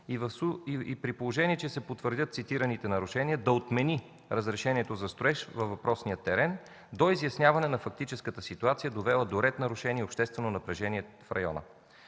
по случая? Ако се потвърдят цитираните нарушения, да отмени разрешението за строеж във въпросния терен до изясняване на фактическата ситуация, довела до ред нарушения и обществено напрежение в района?